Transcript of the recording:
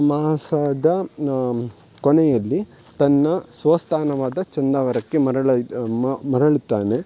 ಮಾಸದ ಕೊನೆಯಲ್ಲಿ ತನ್ನ ಸ್ವಸ್ಥಾನವಾದ ಚಂದಾವರಕ್ಕೆ ಮರಳಿ ಅದು ಮರಳುತ್ತಾನೆ